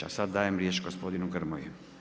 A sad dajem riječ gospodinu Grmoji.